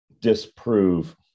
disprove